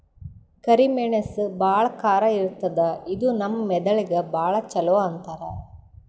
ಕರಿ ಮೆಣಸ್ ಭಾಳ್ ಖಾರ ಇರ್ತದ್ ಇದು ನಮ್ ಮೆದಳಿಗ್ ಭಾಳ್ ಛಲೋ ಅಂತಾರ್